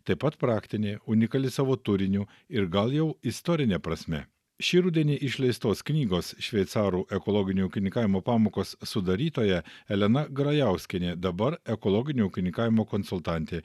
taip pat praktinė unikali savo turiniu ir gal jau istorine prasme šį rudenį išleistos knygos šveicarų ekologinio ūkininkavimo pamokos sudarytoja elena grajauskienė dabar ekologinio ūkininkavimo konsultantė